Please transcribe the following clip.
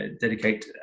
dedicate